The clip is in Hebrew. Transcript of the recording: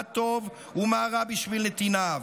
מה טוב ומה רע בשביל נתיניו.